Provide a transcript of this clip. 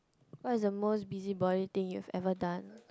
what is the most busybody thing you have ever done